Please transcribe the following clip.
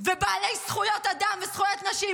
ובעלי זכויות אדם וזכויות נשים,